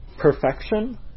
Perfection